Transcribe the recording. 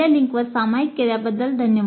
com वर सामायिक केल्याबद्दल धन्यवाद